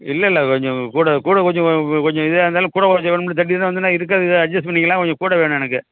இல்லை இல்லை கொஞ்சம் கூட கூட கொஞ்சம் கொஞ்சம் இதாக இருந்தாலும் கூட கொறைச்ச வேணுமில வந்ததுனால் இருக்கிறத ஏதோ அட்ஜஸ் பண்ணிக்கலாம் கொஞ்சம் கூட வேணும் எனக்கு